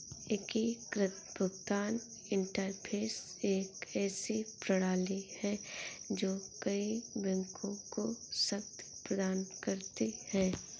एकीकृत भुगतान इंटरफ़ेस एक ऐसी प्रणाली है जो कई बैंकों को शक्ति प्रदान करती है